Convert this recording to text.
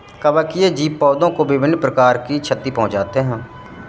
कवकीय जीव पौधों को विभिन्न प्रकार की क्षति पहुँचाते हैं